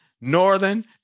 Northern